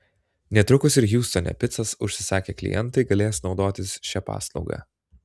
netrukus ir hjustone picas užsisakę klientai galės naudotis šia paslauga